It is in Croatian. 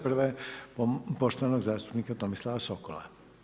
Prva je poštovanog zastupnika Tomislava Sokola.